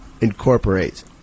incorporate